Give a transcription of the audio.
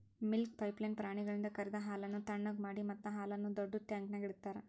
milk pipeline ಪ್ರಾಣಿಗಳಿಂದ ಕರೆದ ಹಾಲನ್ನು ಥಣ್ಣಗ್ ಮಾಡಿ ಮತ್ತ ಹಾಲನ್ನು ದೊಡ್ಡುದ ಟ್ಯಾಂಕ್ನ್ಯಾಗ್ ಇಡ್ತಾರ